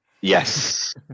Yes